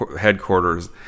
headquarters